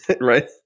right